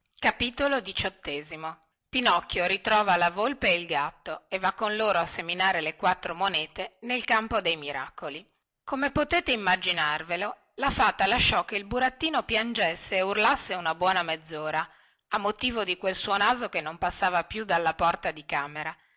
porta pinocchio ritrova la volpe e il gatto e va con loro a seminare le quattro monete nel campo de miracoli come potete immaginarvelo la fata lasciò che il burattino piangesse e urlasse una buona mezzora a motivo di quel suo naso che non passava più dalla porta di camera